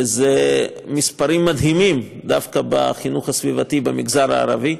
וזה מספרים מדהימים דווקא בחינוך הסביבתי במגזר הערבי.